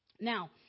Now